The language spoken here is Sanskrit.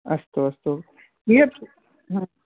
अस्तु अस्तु कीयत् ह्म्